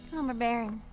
um baron,